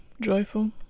joyful